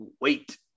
wait